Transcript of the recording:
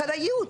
אחריות,